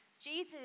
Jesus